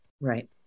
Right